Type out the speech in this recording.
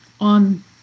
on